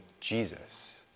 Jesus